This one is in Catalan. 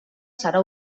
serà